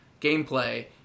gameplay